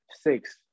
six